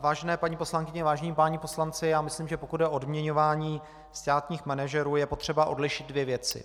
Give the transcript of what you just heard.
Vážené paní poslankyně, vážení páni poslanci, já myslím, že pokud jde o odměňování státních manažerů, je potřeba odlišit dvě věci.